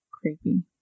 Creepy